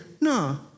no